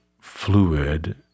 fluid